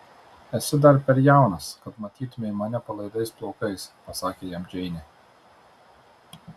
esi dar per jaunas kad matytumei mane palaidais plaukais pasakė jam džeinė